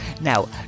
now